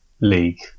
League